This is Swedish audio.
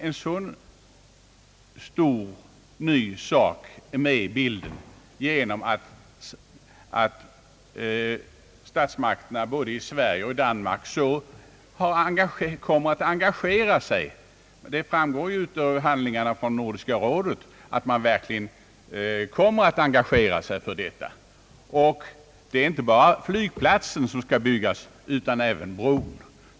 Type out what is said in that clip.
En ny avgörande faktor har kommit med i bilden genom att statsmakterna både i Sverige och Danmark kommer att engagera sig mycket hårt i detta problem och för storflygplatsen på Saltholm. Av handlingarna från Nordiska rådet framgår att båda länderna kommer att engagera sig i denna sak. Det är inte bara flygplatsen som skall byggas utan även bron över Sundet.